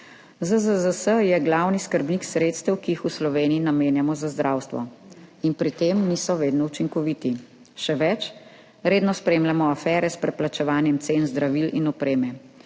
ZZZS je glavni skrbnik sredstev, ki jih v Sloveniji namenjamo za zdravstvo, pri tem pa niso vedno učinkoviti. Še več, redno spremljamo afere s preplačevanjem cen zdravil in opreme,